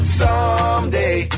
someday